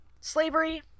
Slavery